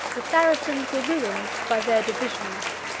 the saracens were ruined by their divisions.